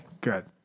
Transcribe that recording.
good